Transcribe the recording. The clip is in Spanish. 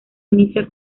inicia